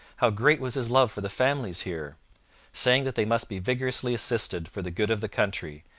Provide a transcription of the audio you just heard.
how great was his love for the families here saying that they must be vigorously assisted for the good of the country,